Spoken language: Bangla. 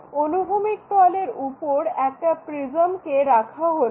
অনুভূমিক তলের উপর একটা প্রিজমকে রাখা হলো